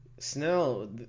Snell